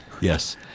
Yes